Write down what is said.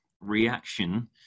reaction